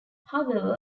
however